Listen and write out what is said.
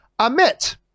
Amit